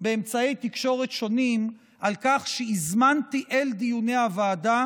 באמצעי תקשורת שונים על כך שהזמנתי אל דיוני הוועדה